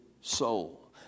soul